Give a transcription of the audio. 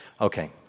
Okay